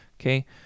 Okay